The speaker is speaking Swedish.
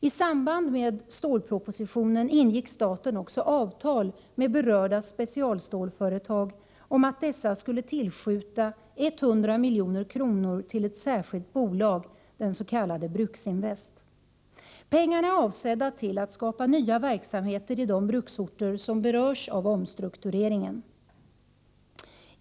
I samband med stålpropositionen ingick staten också avtal med berörda specialstålsföretag om att dessa skulle tillskjuta 100 milj.kr. till ett särskilt bolag, det s.k. Bruksinvest. Pengarna är avsedda att skapa nya verksamheter i de bruksorter som berörs av omstruktureringen.